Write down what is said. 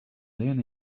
learn